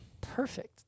Perfect